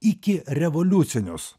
iki revoliucinius